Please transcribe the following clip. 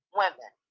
women